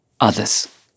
others